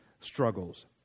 struggles